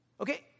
Okay